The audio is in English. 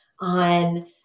on